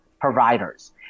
providers